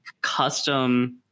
custom